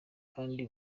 kandi